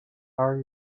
are